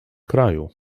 kraju